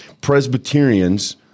Presbyterians